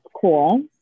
Cool